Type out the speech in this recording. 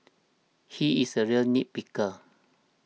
he is a real nit picker